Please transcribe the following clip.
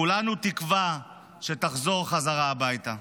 כולנו תקווה שתחזור חזרה הביתה.